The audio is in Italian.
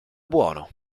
buono